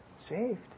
saved